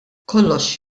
kollox